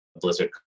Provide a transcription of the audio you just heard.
blizzard